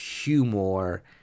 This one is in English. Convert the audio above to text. humor